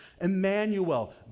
Emmanuel